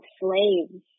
slaves